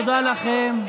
תודה לכם.